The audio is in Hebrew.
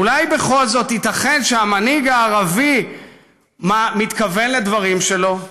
אולי בכל זאת ייתכן שהמנהיג הערבי מתכוון לדברים שלו?